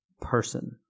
person